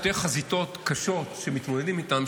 שתי חזיתות קשות שמתמודדים איתן,